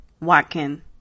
Watkin